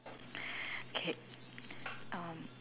okay um